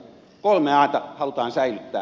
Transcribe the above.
kolme ata halutaan säilyttää